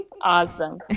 Awesome